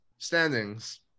standings